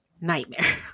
nightmare